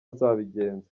azabigenza